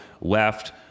left